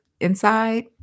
inside